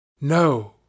No